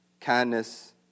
kindness